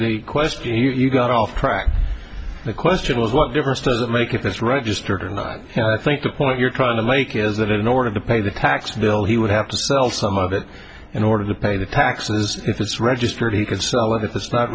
quick question here you got off track the question was what difference does it make if this registered or not i think the point you're trying to make is that in order to pay the tax bill he would have to sell some of it in order to pay the taxes if it's registered he could sell it